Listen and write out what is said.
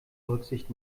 rücksicht